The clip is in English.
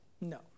No